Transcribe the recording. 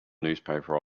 newspaper